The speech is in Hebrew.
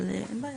אבל אין בעיה.